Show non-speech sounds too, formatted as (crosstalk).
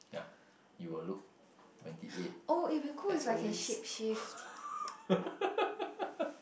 yeah you will look twenty eight as always (laughs)